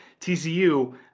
TCU